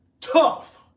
tough